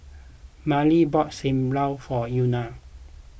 Miley bought Sam Lau for Euna